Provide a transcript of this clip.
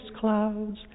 clouds